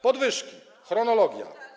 Podwyżki - chronologia.